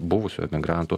buvusių emigrantų